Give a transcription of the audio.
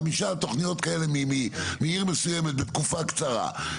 חמש תוכניות כאלה מעיר מסוימת בתקופה קצרה,